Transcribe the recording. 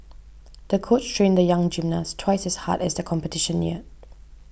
the coach trained the young gymnast twice as hard as the competition neared